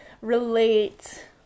relate